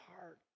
heart